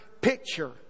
picture